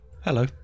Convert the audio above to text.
Hello